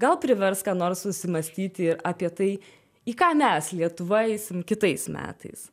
gal privers ką nors susimąstyti ir apie tai į ką mes lietuva eisim kitais metais